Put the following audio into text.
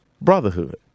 brotherhood